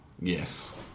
Yes